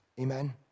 Amen